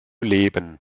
leben